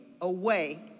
away